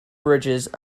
bridges